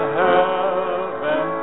heaven